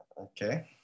Okay